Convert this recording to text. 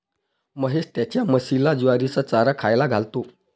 महेश त्याच्या म्हशीला ज्वारीचा चारा खायला घालतो